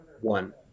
one